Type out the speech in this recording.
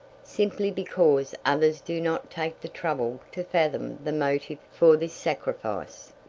simply because others do not take the trouble to fathom the motive for this sacrifice.